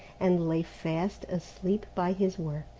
and lay fast asleep by his work.